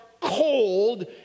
cold